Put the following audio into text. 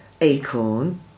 Acorn